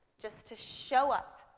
just to show up,